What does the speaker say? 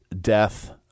death